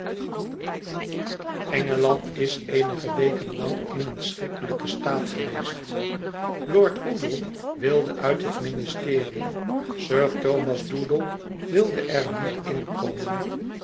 engeland is eenige weken lang in een schrikkelijken staat geweest lord coodle wilde uit het ministerie sir thomas doodle wilde er niet in